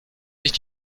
nicht